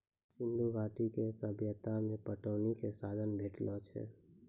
सिंधु घाटी के सभ्यता मे पटौनी के साधन भेटलो छै